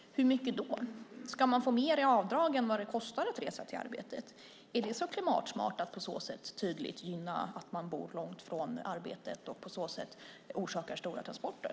Hur mycket då? Ska man få mer i avdrag än vad det kostar att resa till arbetet? Är det klimatsmart att så tydligt gynna att man bor långt från arbetet och på så sätt orsakar långa transporter?